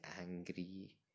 angry